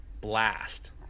blast